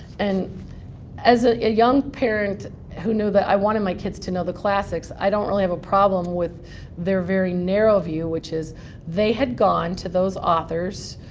and as a young parent who knew that i wanted my kids to know the classics, i don't really have a problem with their very narrow view, which is they had gone to those authors,